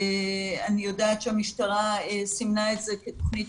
אני יודעת שהמשטרה סימנה את זה בתוכנית